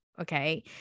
okay